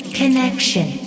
connection